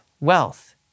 wealth